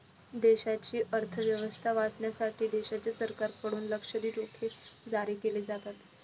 देशाची अर्थ व्यवस्था वाचवण्यासाठी देशाच्या सरकारकडून लष्करी रोखे जारी केले जातात